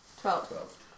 twelve